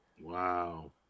Wow